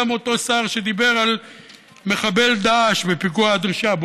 אותו שר שדיבר על מחבל דאעש בפיגוע הדריסה,